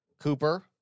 Cooper